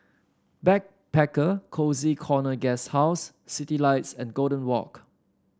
Backpacker Cozy Corner Guesthouse Citylights and Golden Walk